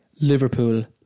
Liverpool